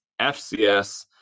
FCS